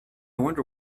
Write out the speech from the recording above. wonder